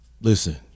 listen